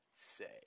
say